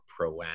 proactive